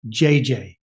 JJ